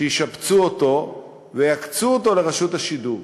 שישפצו אותו ויקצו אותו לרשות השידור.